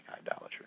Idolatry